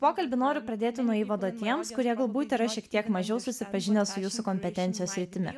pokalbį noriu pradėti nuo įvado tiems kurie galbūt yra šiek tiek mažiau susipažinę su jūsų kompetencijos sritimi